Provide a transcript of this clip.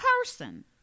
person